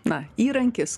na įrankis